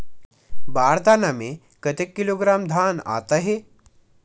बार दाना में कतेक किलोग्राम धान आता हे?